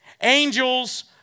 Angels